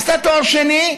עשתה תואר שני,